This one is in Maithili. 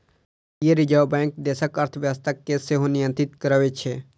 भारतीय रिजर्व बैंक देशक अर्थव्यवस्था कें सेहो नियंत्रित करै छै